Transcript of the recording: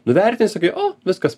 nuvertini sakai o viskas